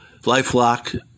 LifeLock